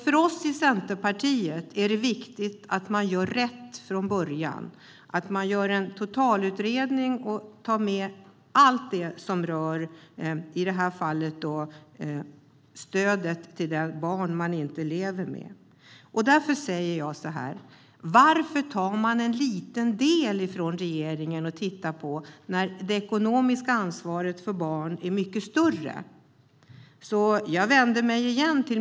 För oss i Centerpartiet är det viktigt att göra rätt från början, att göra en totalutredning och ta med allt som rör i det här fallet stödet till de barn som föräldrar inte lever med. Därför säger jag så här: Varför tittar regeringen bara på en liten del när frågan om det ekonomiska ansvaret för barn är mycket större?